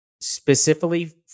specifically